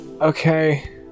Okay